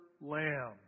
lamb